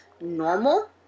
normal